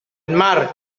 mar